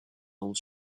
old